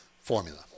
formula